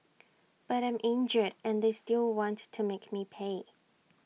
but I'm injured and they still want to make me pay